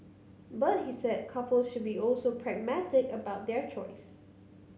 but he said couples should also be also pragmatic about their choice